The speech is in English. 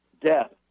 death